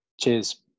Cheers